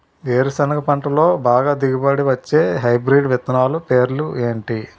వేరుసెనగ పంటలో బాగా దిగుబడి వచ్చే హైబ్రిడ్ విత్తనాలు పేర్లు ఏంటి?